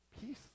peace